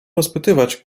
rozpytywać